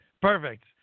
perfect